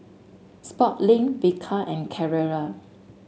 Sportslink Bika and Carrera